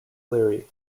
leary